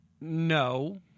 no